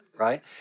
Right